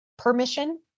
permission